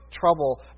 trouble